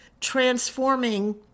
transforming